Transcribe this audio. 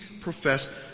professed